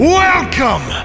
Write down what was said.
welcome